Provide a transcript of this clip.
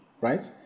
right